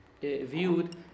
viewed